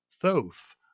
Thoth